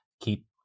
keep